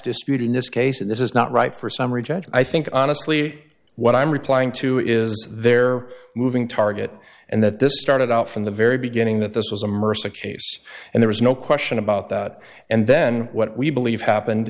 disputing this case and this is not right for some reject i think honestly what i'm replying to is they're moving target and that this started out from the very beginning that this was a mercy case and there was no question about that and then what we believe happened